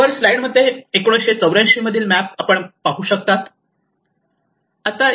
वर स्लाईड मध्ये 1984 मधील मॅप आपण पाहू शकता